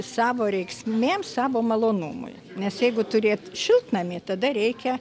savo reiksmėms savo malonumui nes jeigu turėt šiltnamį tada reikia